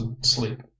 sleep